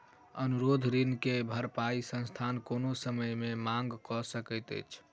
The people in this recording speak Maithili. अनुरोध ऋण के भरपाई संस्थान कोनो समय मे मांग कय सकैत अछि